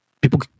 people